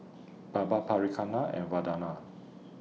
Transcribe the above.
Baba Priyanka and Vandana